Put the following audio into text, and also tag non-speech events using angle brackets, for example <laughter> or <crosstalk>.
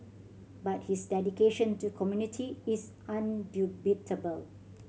but his dedication to community is <unintelligible>